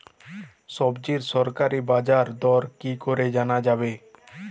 সবজির সরকারি বাজার দর কি করে জানা যাবে?